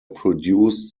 produced